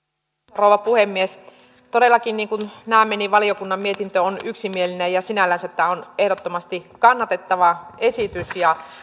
rouva puhemies todellakin niin kuin näemme valiokunnan mietintö on yksimielinen ja sinällänsä tämä on ehdottomasti kannatettava esitys